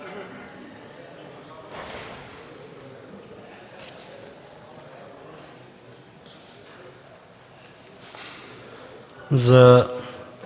За